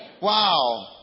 Wow